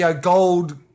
gold